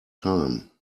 time